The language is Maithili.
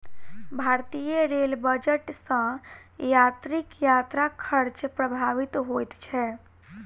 भारतीय रेल बजट सॅ यात्रीक यात्रा खर्च प्रभावित होइत छै